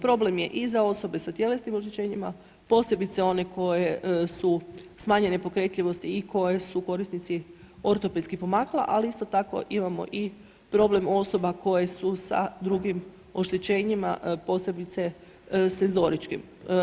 Problem je i za osobe sa tjelesnim oštećenjima, posebice one koje su smanjene pokretljivosti i koje su korisnici ortopedskih pomagala ali isto tako imamo i problem osoba koje su sa drugim oštećenjima, posebice senzoričkim.